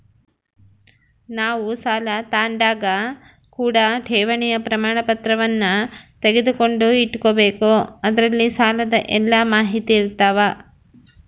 ನಾವು ಸಾಲ ತಾಂಡಾಗ ಕೂಡ ಠೇವಣಿಯ ಪ್ರಮಾಣಪತ್ರವನ್ನ ತೆಗೆದುಕೊಂಡು ಇಟ್ಟುಕೊಬೆಕು ಅದರಲ್ಲಿ ಸಾಲದ ಎಲ್ಲ ಮಾಹಿತಿಯಿರ್ತವ